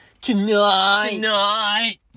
tonight